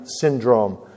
syndrome